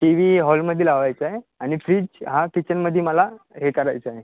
T V हॉलमध्ये लावायचा आहे आणि फ्रीज हा किचनमध्ये मला हे करायचा आहे